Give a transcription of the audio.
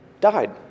died